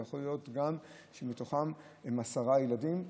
יכול להיות גם שמתוכם יש עשרה ילדים,